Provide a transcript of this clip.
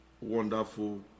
wonderful